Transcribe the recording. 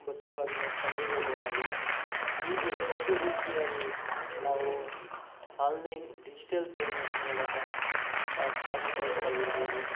ಬಸ್ಸುಗಳನ್ನು ಕಂಡಿಡಿಯಬಹುದಾಗಿದೆ ಹೀಗೆ ಇಷ್ಟು ರೀತಿಯಾಗಿ ನಾವು ಆನ್ಲೈನ್ ಡಿಜಿಟಲ್ ಪೇಮೆಂಟ್ ಮೂಲಕ ನಾವು ಫಾಸ್ಟಾಗ್ಸಾಗಿರ್ಬೋದು